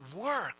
Work